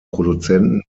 produzenten